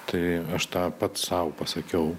tai aš tą pats sau pasakiau